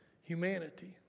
humanity